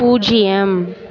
பூஜ்ஜியம்